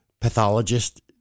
pathologist